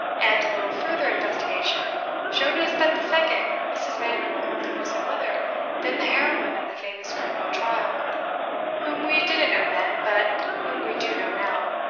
and a little further investigation showed us that the second mrs. manuel was no other than the heroine of the famous criminal trial whom we didn't know then, but whom we do know now,